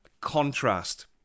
contrast